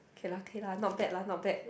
K lah K lah not bad lah not bad